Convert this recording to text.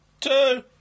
Two